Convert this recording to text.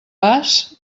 vas